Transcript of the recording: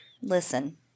Listen